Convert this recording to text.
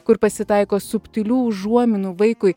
kur pasitaiko subtilių užuominų vaikui